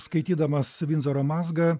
skaitydamas vindzoro mazgą